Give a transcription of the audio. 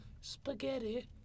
spaghetti